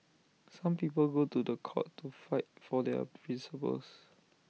some people go to The Court to fight for their principles